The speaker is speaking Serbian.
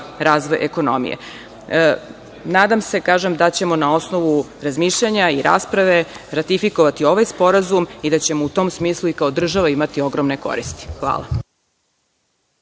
razvoj ekonomije. Nadam se da ćemo na osnovu razmišljanja i rasprave ratifikovati ovaj sporazum i da ćemo u tom smislu i kao država imati ogromne koristi. Hvala.